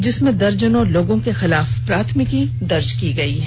जिसमें दर्जनों लोगों के खिलाफ प्राथमिकी दर्ज की गयी है